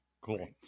Cool